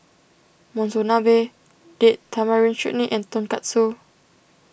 Monsunabe Date Tamarind Chutney and Tonkatsu